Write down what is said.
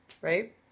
right